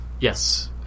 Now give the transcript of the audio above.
Yes